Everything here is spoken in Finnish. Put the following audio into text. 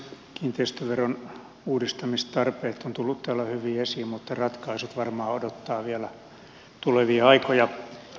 kiinteistöveron uudistamistarpeet ovat tulleet täällä hyvin esiin mutta ratkaisut varmaan odottavat vielä tulevia aikoja